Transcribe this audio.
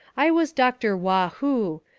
i was dr. waugh-hoo,